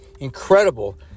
incredible